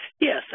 Yes